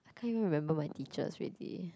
can't even remember my teachers already